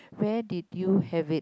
where did you have it